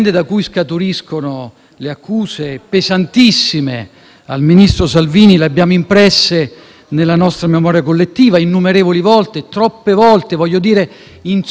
nella nostra memoria collettiva innumerevoli volte, troppe volte - voglio dire insopportabilmente troppe volte - per l'Italia, l'Europa e le nostre democrazie.